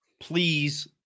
please